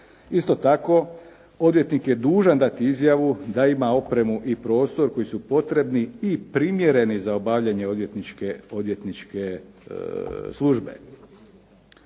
Isto tako odvjetnik je dužan dati izjavu da ima opremu i prostor koji su potrebni i primjereni za obavljanje odvjetničke službe.